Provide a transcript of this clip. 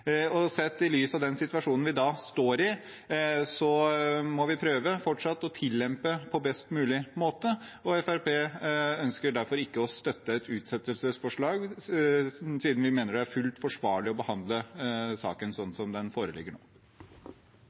situasjonen vi da står i, må vi fortsatt prøve å tillempe på best mulig måte. Fremskrittspartiet ønsker derfor ikke å støtte et utsettelsesforslag, siden vi mener det er fullt ut forsvarlig å behandle saken slik den foreligger nå.